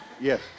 Yes